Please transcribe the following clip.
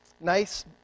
nice